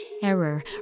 terror